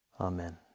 Amen